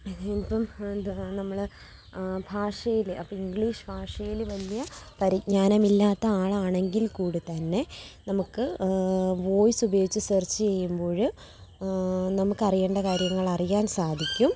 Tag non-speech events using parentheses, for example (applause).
അപ്പോള് (unintelligible) എന്തുവാ നമ്മള് ഭാഷയിലെ അപ്പോള് ഇംഗ്ലീഷ് ഭാഷയില് വലിയ പരിജ്ഞാനമില്ലാത്ത ആളാണെങ്കില് കൂടി തന്നെ നമുക്ക് വോയിസുപയോഗിച്ച് സേര്ച്ച് ചെയ്യുമ്പോള് നമുക്കറിയേണ്ട കാര്യങ്ങള് അറിയാന് സാധിക്കും